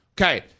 Okay